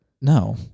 No